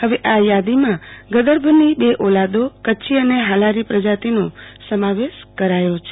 હવે આ યાદીમાં ગદર્ભની બે ઓલાદો કચ્છી અને હાલારી પ્રજાતિનો સમાવેશ કરાયો છે